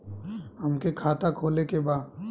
हमके खाता खोले के बा?